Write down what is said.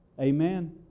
amen